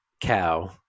cow